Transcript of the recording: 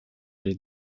les